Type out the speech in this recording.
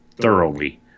thoroughly